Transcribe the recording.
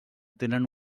tenen